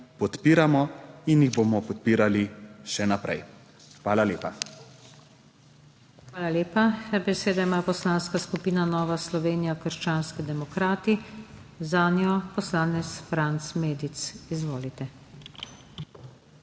in jih bomo podpirali še naprej. Hvala lepa. PODPREDSEDNICA NATAŠA SUKIČ: Hvala lepa. Besedo ima Poslanska skupina Nova Slovenija – krščanski demokrati, zanjo poslanec Franc Medic. Izvolite.